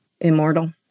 immortal